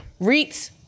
REITs